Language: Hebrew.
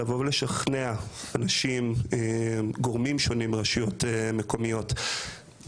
לבוא ולשכנע אנשים וגורמים שונים ברשויות המקומיות,